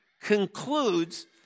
concludes